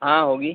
ہاں ہوگی